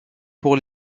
pour